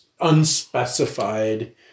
unspecified